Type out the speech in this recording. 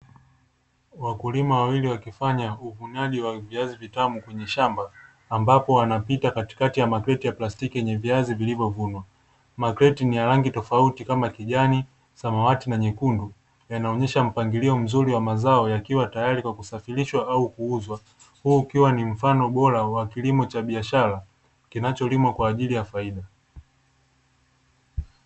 Wakulima wawili wakifanya uvunaji wa viazi vitamu kwenye shamba ambapo wanapita katikati ya makreti ya plastiki yenye viazi vilivyovunwa, makreti ni ya rangi tofauti kama kijani, samawati na nyekundu, yanaonesha mpangilio mzuri wa mazao yakiwa tayari kwa kusafirishwa au kuuzwa, huu ukiwa ni mfano bora wa kilimo cha biashara kinacholimwa kwa ajili ya faida.